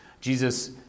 Jesus